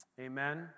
Amen